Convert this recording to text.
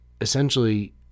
essentially